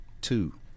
two